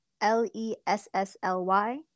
L-E-S-S-L-Y